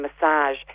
massage